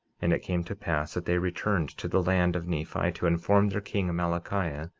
and it came to pass that they returned to the land of nephi, to inform their king, amalickiah,